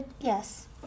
yes